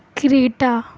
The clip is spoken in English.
Creta